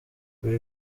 ibi